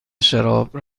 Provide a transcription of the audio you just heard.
شراب